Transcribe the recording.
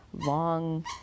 long